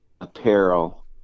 apparel